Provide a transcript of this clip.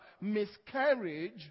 miscarriage